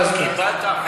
רוצה,